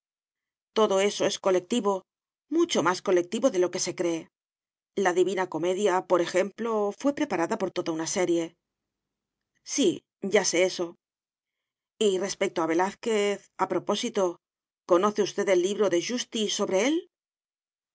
todo eso es colectivo mucho más colectivo de lo que se cree la divina comedia por ejemplo fué preparada por toda una serie sí ya sé eso y respecto a velázquez a propósito conoce usted el libro de justi sobre él